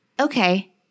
okay